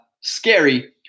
scary